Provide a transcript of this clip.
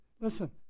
listen